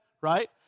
right